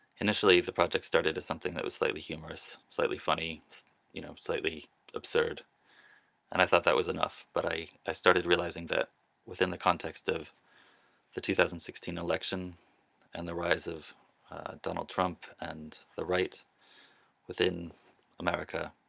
initially the project started as something that was slightly humorous, slightly funny you know, slightly absurd and i thought that was enough but i i started realizing that within the context of the two thousand and sixteen election and the rise of donald trump and the right within america,